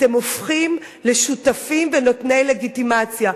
אתם הופכים לשותפים ונותני לגיטימציה,